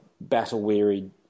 battle-weary